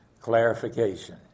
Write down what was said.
clarification